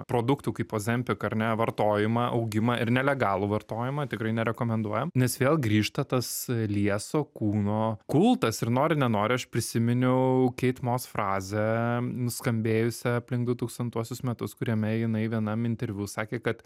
produktų kaip ozempik ar ne vartojimą augimą ir nelegalų vartojimą tikrai nerekomenduojam nes vėl grįžta tas lieso kūno kultas ir nori nenori aš prisiminiau keit mos frazę nuskambėjusią aplink du tūkstantuosius metus kuriame jinai vienam interviu sakė kad